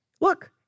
Look